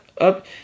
up